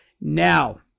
Now